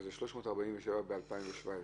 347 ב-2017.